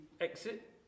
exit